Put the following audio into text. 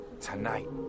Tonight